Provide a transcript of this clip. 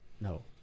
No